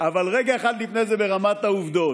אבל רגע אחד לפני זה, ברמת העובדות: